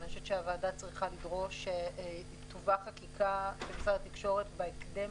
אבל אני חושבת שהוועדה צריכה לדרוש שתובא חקיקה ממשרד התקשורת בהקדם,